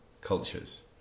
cultures